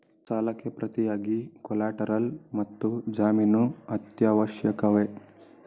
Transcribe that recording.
ಸಾಲಕ್ಕೆ ಪ್ರತಿಯಾಗಿ ಕೊಲ್ಯಾಟರಲ್ ಮತ್ತು ಜಾಮೀನು ಅತ್ಯವಶ್ಯಕವೇ?